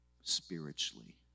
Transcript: spiritually